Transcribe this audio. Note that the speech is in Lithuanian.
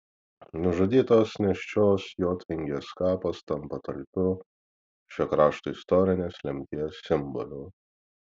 nužudytos nėščios jotvingės kapas tampa talpiu šio krašto istorinės lemties simboliu